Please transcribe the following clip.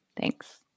Thanks